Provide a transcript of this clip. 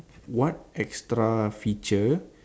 what extra feature